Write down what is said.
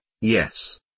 yes